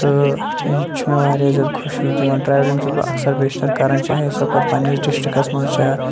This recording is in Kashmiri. تہٕ یہِ تہِ چھُ مےٚ واریاہ زیادٕ خوشی دِوان ٹرٛیولِنٛگ چھُس بہٕ اکثر بیشتر کَران چاہے سُہ پَتہٕ پنٛنِس ڈِسٹِرٛکَس منٛز چھا